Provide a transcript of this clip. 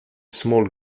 small